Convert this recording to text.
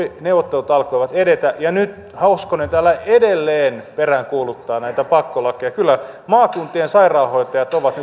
neuvottelut alkoivat edetä nyt hoskonen täällä edelleen peräänkuuluttaa näitä pakkolakeja kyllä maakuntien sairaanhoitajat ovat